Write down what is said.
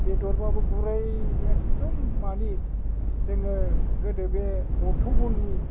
बेदरबाबो गुरै एकदम मानि जोङो गोदो बे बन्थ' बननि